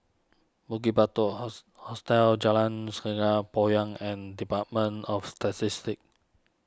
Bukit Batok house Hostel Jalan Sungei Poyan and Department of Statistics